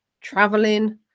traveling